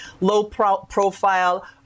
low-profile